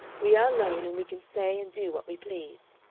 we are alone and we can say and do what we please.